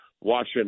watching